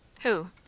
Who